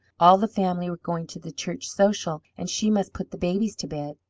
all the family were going to the church sociable, and she must put the babies to bed.